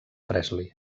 presley